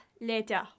later